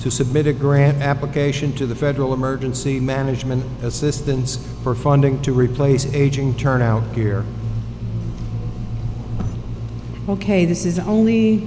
to submit a grant application to the federal emergency management assistance for funding to replace aging turnout here ok this is only